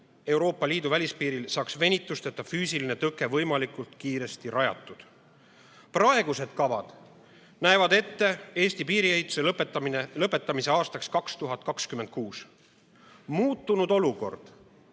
Euroopa Liidu välispiiril saaks füüsiline tõke venitusteta ja võimalikult kiiresti rajatud. Praegused kavad näevad ette Eesti piiriehituse lõpetamise aastaks 2026. Muutunud olukord